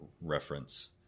reference